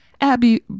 Abby